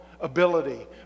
ability